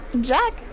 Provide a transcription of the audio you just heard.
Jack